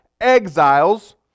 exiles